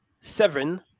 Seven